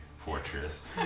fortress